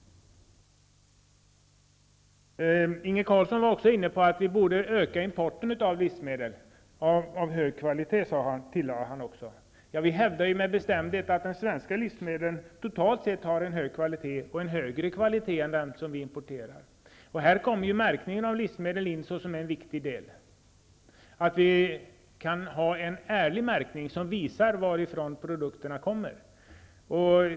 Inge Carlsson var också inne på att vi borde öka importen av livsmedel -- av hög kvalitet, tillade han. Vi hävdar med bestämdhet att de svenska livsmedlen totalt sett har hög kvalitet, högre kvalitet än de livsmedel vi importerar. Här kommer märkningen av livsmedel in som en viktig del, att vi skall ha en ärlig märkning som visar varifrån produkterna kommer.